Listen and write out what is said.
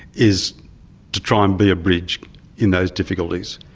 is to try and be a bridge in those difficulties.